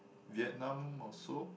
Vietnam also